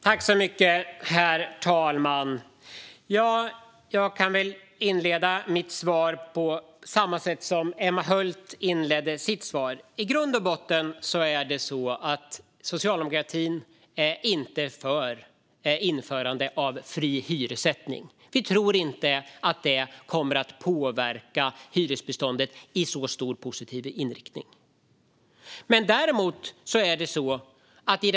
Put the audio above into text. Herr talman! Jag kan inleda mitt svar på samma sätt som Emma Hult inledde sitt svar: I grund och botten är socialdemokratin inte för införande av fri hyressättning. Vi tror inte att det kommer att påverka hyresbeståndet i så stor utsträckning eller i så positiv riktning.